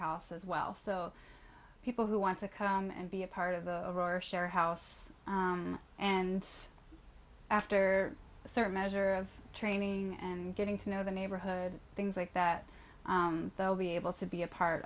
house as well so people who want to come and be a part of the aurora share house and after a certain measure of training and getting to know the neighborhood things like that they'll be able to be a part